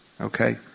okay